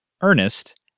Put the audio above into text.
Ernest